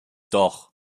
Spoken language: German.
doch